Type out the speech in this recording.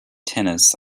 tennis